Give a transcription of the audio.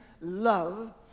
love